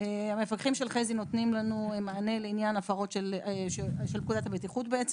המפקחים של חזי נותנים לנו מענה לעניין הפרות לפקודת הבטיחות.